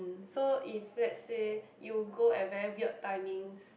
so if let's say you go at very weird timings